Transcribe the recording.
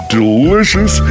delicious